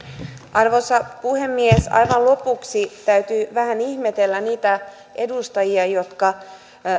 arvoisa puhemies aivan lopuksi täytyy vähän ihmetellä niitä edustajia jotka